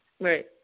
Right